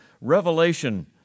Revelation